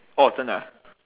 orh 真的啊